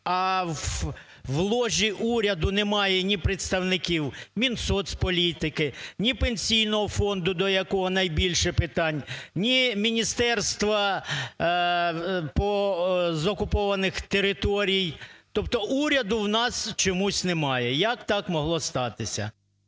а у ложі уряду немає ні представників Мінсоцполітики, ні Пенсійного фонду, до якого найбільше питань, ні Міністерства з окупованих територій, тобто уряду у нас чомусь немає, як так могло статися?